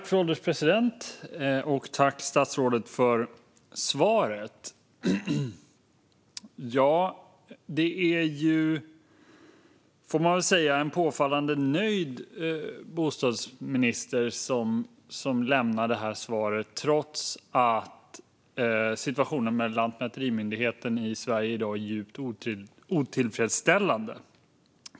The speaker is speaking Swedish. Fru ålderspresident! Tack, statsrådet, för svaret! Man får väl säga att det är en påfallande nöjd bostadsminister som lämnar det här svaret, trots att situationen med lantmäterimyndigheten i Sverige i dag är djupt otillfredsställande.